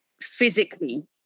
physically